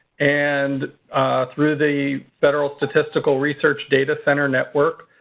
and through the federal statistical research data center network